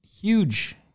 huge